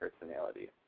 personality